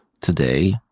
today